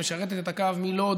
משרתת את הקו מלוד